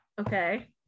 Okay